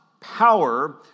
power